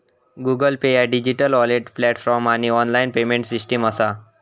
Google Pay ह्या digital wallet platform आणि online payment system असा